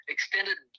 Extended